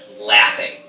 laughing